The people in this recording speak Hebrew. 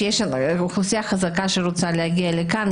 שיש אוכלוסייה חזקה שרוצה להגיע לכאן,